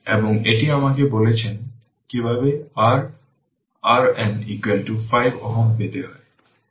এবং এটি আমাকে বলেছে কিভাবে r RN 5 Ω পেতে হয়